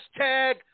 hashtag